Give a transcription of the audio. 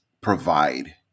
provide